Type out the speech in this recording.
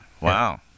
Wow